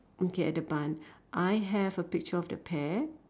looking at the barn I have a picture of the pear